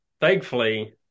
thankfully